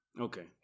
Okay